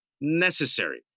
necessary